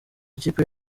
makipe